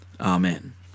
Amen